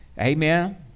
Amen